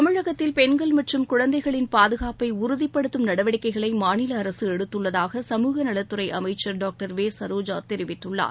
தமிழகத்தில் பெண்கள் மற்றும் குழந்தைகளின் பாதுகாப்பை உறுதிப்படுத்தும் நடவடிக்கைகளை மாநில அரசு எடுத்துள்ளதாக சமூக நலத்துறை அமைச்சர் டாக்டர் வெ சரோஜா தெரிவித்துள்ளார்